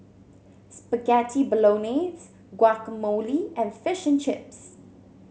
Spaghetti Bolognese Guacamole and Fish and Chips